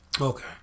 Okay